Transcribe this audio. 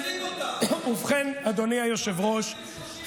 אדוני היושב-ראש,